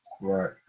Right